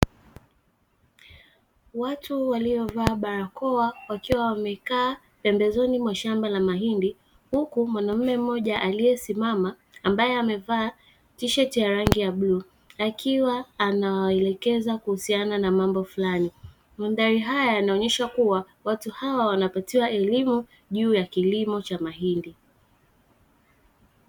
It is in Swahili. Waliovaa barakoa wakiwa wamekaa pembezoni mwa shamba la mahindi, huku mwanamume mmoja aliyesimama, amevaa tisheti ya rangi ya bluu, akiwa anawaelekeza kuhusiana na mambo fulani; haya yanaonyesha kuwa watu hawa wanapatiwa elimu juu ya kilimo cha mahindi.